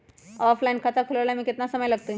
Offline खाता खुलबाबे में केतना समय लगतई?